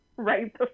right